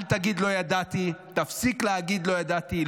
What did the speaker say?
אל תגיד לא ידעתי, תפסיק להגיד לא ידעתי.